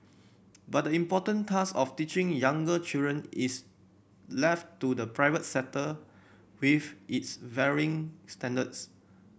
but the important task of teaching younger children is left to the private sector with its varying standards